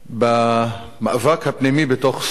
במאבק הפנימי בתוך סוריה